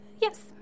Yes